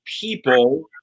people